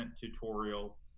tutorial